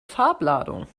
farbladung